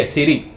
Siri